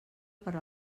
per